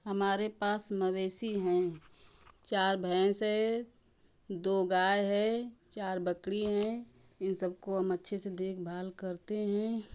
हमारे पास मवेशी हैं चार भैंस हैं दो गाय हैं चार बकरी हैं इन सबको हम अच्छे से देखभाल करते हैं